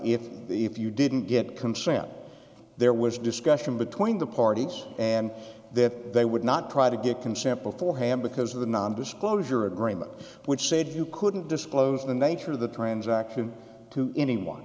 the if you didn't get consent there was discussion between the parties and that they would not try to get consent beforehand because of the non disclosure agreement which said you couldn't disclose the nature of the transaction to anyone